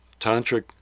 tantric